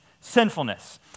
sinfulness